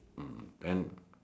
mm then